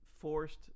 forced